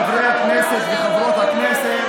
חברי הכנסת וחברות הכנסת,